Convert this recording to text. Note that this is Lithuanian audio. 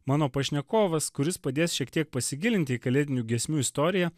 mano pašnekovas kuris padės šiek tiek pasigilinti į kalėdinių giesmių istoriją